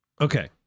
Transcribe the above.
Okay